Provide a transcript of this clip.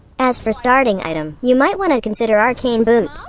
as for starting item, you might want to consider arcane boots.